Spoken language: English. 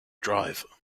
drive